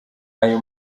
ayo